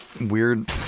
weird